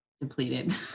depleted